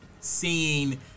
seeing